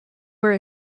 where